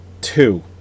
Two